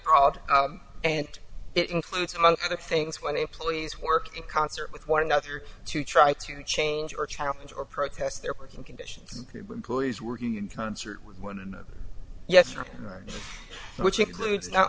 proud and it includes among other things when they please work in concert with one another to try to change or challenge or protest their working conditions who is working in concert with one another yes your honor which includes not